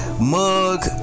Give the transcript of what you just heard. mug